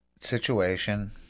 situation